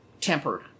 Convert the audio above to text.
tempered